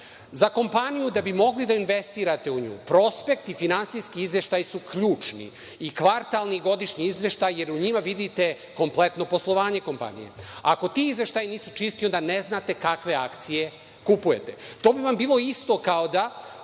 Za kompaniju da bi mogli da investirate u nju, prospekti i finansijski izveštaji su ključni i kvartalni godišnji izveštaj, jer u njima vidite kompletno poslovanje kompanije. Ako ti izveštaji nisu čisti, onda ne znate kakve akcije kupujete. To bi vam bilo isto kao da